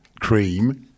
Cream